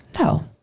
No